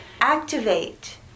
activate